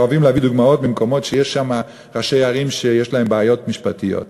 אוהבים להביא דוגמאות ממקומות שיש בהם ראשי ערים שיש להם בעיות משפטיות,